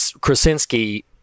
Krasinski